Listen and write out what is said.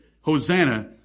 Hosanna